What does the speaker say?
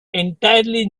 entirely